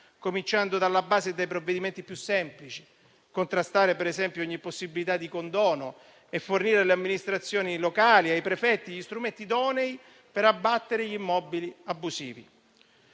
cominciando dalla base e dai provvedimenti più semplici: contrastare per esempio ogni possibilità di condono e fornire alle amministrazioni locali e ai prefetti gli strumenti idonei per abbattere gli immobili abusivi.